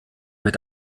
mit